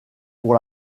pour